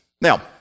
Now